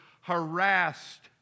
harassed